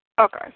Okay